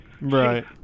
Right